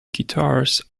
guitars